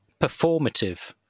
performative